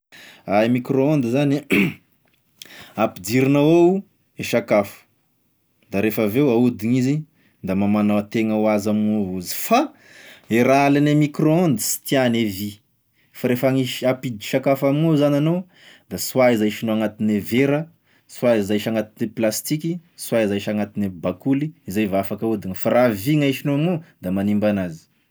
A e micro onde zany ampidirinao ao e sakafo da rehefa aveo ahodin'izy da mamana tena hoazy amign'ao avao izy, fa e raha halagne micro onde sy tiàny e vy, fa rehefa hagnisy- hampiditry sakafo amign'ao zany anao, da soit izy ahisignao agnatigne vera, soit izy ahisy agnaty plastiky, soit izy ahisy agnatigne bakoly izay vao afaky ahodigny, fa raha vy gn'ahisignao amign'ao da manimba an'azy.